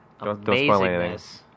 amazingness